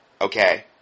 Okay